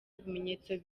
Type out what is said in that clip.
bimenyetso